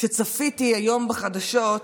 צפיתי היום בחדשות,